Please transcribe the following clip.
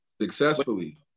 Successfully